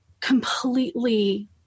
completely